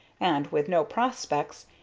and with no prospects,